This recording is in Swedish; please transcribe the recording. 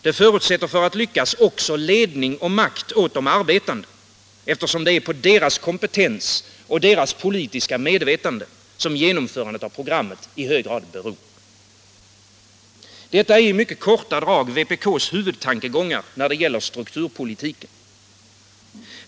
Det förutsätter för att lyckas också ledning och makt åt de arbetande, eftersom det är på deras kompetens och politiska medvetande som genomförandet av programmet i hög grad beror. Detta är i mycket korta drag vpk:s huvudtankegångar när det gäller strukturpolitiken.